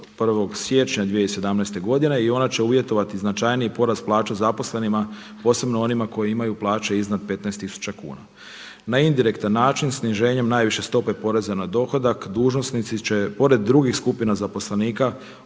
1. siječnja 2017. godine i ona će uvjetovati značajniji porast plaća zaposlenima posebno onima koji imaju plaće iznad 15 tisuća kuna. Na indirektan način sniženjem najviše stope poreza na dohodak dužnosnici će pored drugih skupina zaposlenika